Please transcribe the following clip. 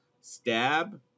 stab